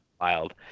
wild